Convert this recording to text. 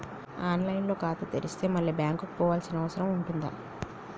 On line లో ఖాతా తెరిస్తే మళ్ళీ బ్యాంకుకు పోవాల్సిన అవసరం ఉంటుందా?